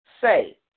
say